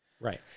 Right